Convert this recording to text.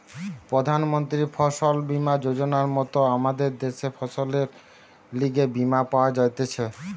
প্রধান মন্ত্রী ফসল বীমা যোজনার মত আমদের দ্যাশে ফসলের লিগে বীমা পাওয়া যাইতেছে